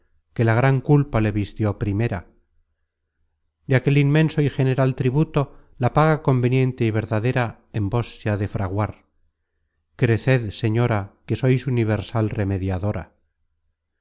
que la gran culpa le vistió primera de aquel inmenso y general tributo content from google book search generated at la paga conveniente y verdadera en vos se ha de fraguar creced señora que sois universal remediadora